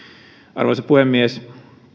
arvoisa puhemies